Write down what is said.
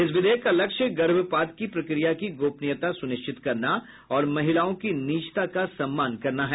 इस विधेयक का लक्ष्य गर्भपात की प्रक्रिया की गोपनीयता सुनिश्चित करना और महिलाओं की निजता का सम्मान करना है